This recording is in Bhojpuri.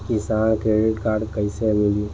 किसान क्रेडिट कार्ड कइसे मिली?